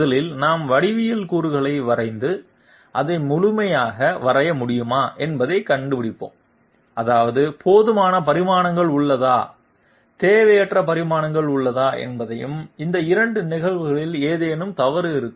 முதலில் நாம் வடிவியல் கூறுகளை வரைந்து அதை முழுமையாக வரைய முடியுமா என்பதைக் கண்டுபிடிப்போம் அதாவது போதுமான பரிமாணங்கள் உள்ளதா தேவையற்ற பரிமாணங்கள் உள்ளதா என்பதையும் அந்த இரண்டு நிகழ்வுகளிலும் ஏதேனும் தவறு இருக்கும்